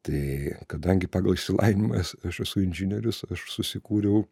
tai kadangi pagal išsilavinimą aš esu inžinierius aš susikūriau